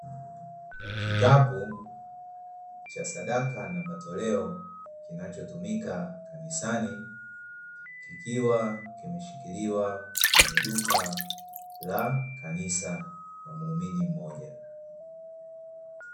Kikapu cha sadaka na matoleo kinachotumika kanisani, kikiwa kimeshikiliwa kwenye duka la kanisa na muumini mmoja.